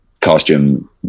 costume